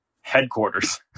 headquarters